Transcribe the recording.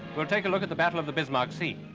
we'll take a look at the battle of the bismarck sea.